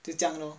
就这样 lor